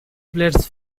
plates